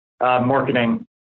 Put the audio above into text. marketing